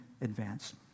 advance